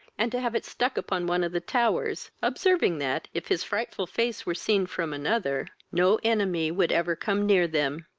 and to have it stuck upon one of the towers, observing, that, if his frightful face were seen from another, no enemy would ever come near them.